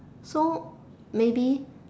so maybe